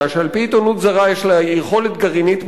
שעל-פי עיתונות זרה יש לה יכולת גרעינית מלחמתית,